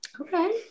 Okay